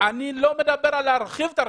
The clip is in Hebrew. אני לא מדבר על הרחבת הרשימה.